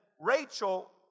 Rachel